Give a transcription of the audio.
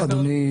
לא, אדוני.